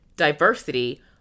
diversity